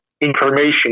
information